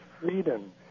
freedom